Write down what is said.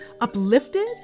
Uplifted